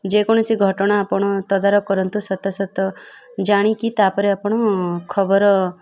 ଯେକୌଣସି ଘଟଣା ଆପଣ ତଦାରଖ କରନ୍ତୁ ସତ୍ୟାସତ ଜାଣିକି ତା'ପରେ ଆପଣ ଖବର